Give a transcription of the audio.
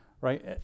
right